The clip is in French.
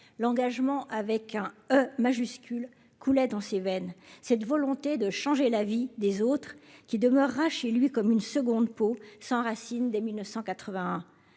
l'engagement avec un E majuscule coulait dans ses veines, cette volonté de changer la vie des autres qui demeurera chez lui comme une seconde peau s'enracine dès 1980